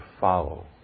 follow